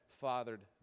fathered